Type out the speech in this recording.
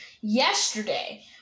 Yesterday